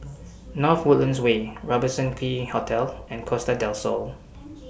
North Woodlands Way Robertson Quay Hotel and Costa Del Sol